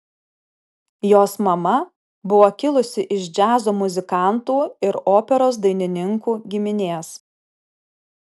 jos mama buvo kilusi iš džiazo muzikantų ir operos dainininkų giminės